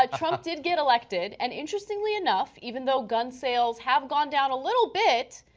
ah trump did get elected and interestingly enough even though gun sales have gone down a little bit,